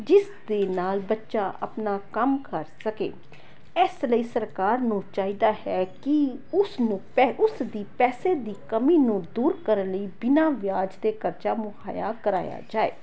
ਜਿਸ ਦੇ ਨਾਲ ਬੱਚਾ ਆਪਣਾ ਕੰਮ ਕਰ ਸਕੇ ਇਸ ਲਈ ਸਰਕਾਰ ਨੂੰ ਚਾਹੀਦਾ ਹੈ ਕਿ ਉਸ ਨੂੰ ਪਹਿ ਉਸ ਦੀ ਪੈਸੇ ਦੀ ਕਮੀ ਨੂੰ ਦੂਰ ਕਰਨ ਲਈ ਬਿਨਾਂ ਵਿਆਜ 'ਤੇ ਕਰਜ਼ਾ ਮੁਹੱਈਆ ਕਰਾਇਆ ਜਾਏ